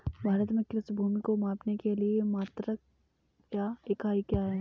भारत में कृषि भूमि को मापने के लिए मात्रक या इकाई क्या है?